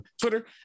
Twitter